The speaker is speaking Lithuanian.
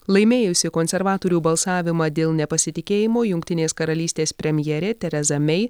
laimėjusi konservatorių balsavimą dėl nepasitikėjimo jungtinės karalystės premjerė tereza mei